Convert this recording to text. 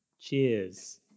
Cheers